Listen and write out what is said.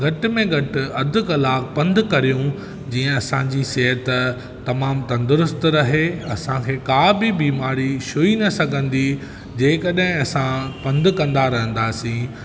घट में घटि अधु कलाकु पंधि कयूं जीअं असांजी सिहतु तमामु तंदुरुस्तु रहे असांखे का बि बीमारी छुई न सघंदी जेकॾहिं असां पंधि कंदा रहंदासीं